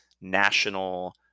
national